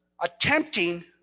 attempting